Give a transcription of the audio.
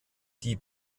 die